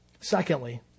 Secondly